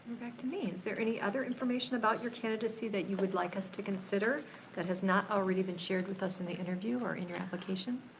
back to me. is there any other information about your candidacy that you would like us to consider that has not already been shared with us in the interview or in your application?